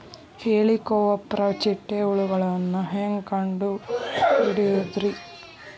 ಹೇಳಿಕೋವಪ್ರ ಚಿಟ್ಟೆ ಹುಳುಗಳನ್ನು ಹೆಂಗ್ ಕಂಡು ಹಿಡಿಯುದುರಿ?